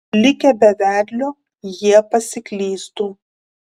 likę be vedlio jie pasiklystų